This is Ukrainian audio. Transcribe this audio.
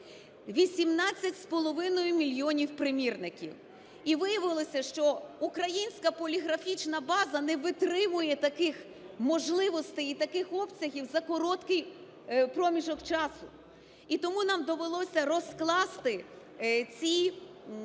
18,5 мільйонів примірників. І виявилося, що українська поліграфічна база не витримує таких можливостей і таких обсягів за короткий проміжок часу. І тому нам довелося розкласти цей